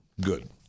Good